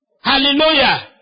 Hallelujah